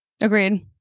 Agreed